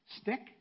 stick